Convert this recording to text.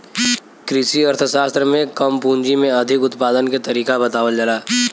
कृषि अर्थशास्त्र में कम पूंजी में अधिक उत्पादन के तरीका बतावल जाला